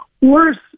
Worse